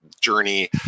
journey